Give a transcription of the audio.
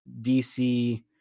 DC